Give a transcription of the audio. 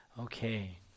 Okay